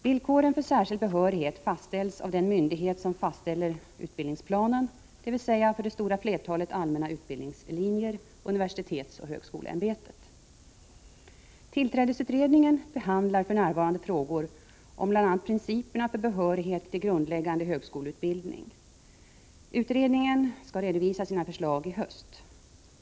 Villkoren för särskild behörighet fastställs av den myndighet som fastställer utbildningsplanen, dvs. för det stora flertalet ,andes förkunska bl.a. principerna för behörighet till grundläggande högskoleutbildning. Utredningen skall redovisa sina förslag i höst.